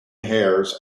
hares